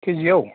केजिआव